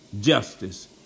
justice